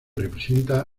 representa